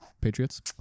Patriots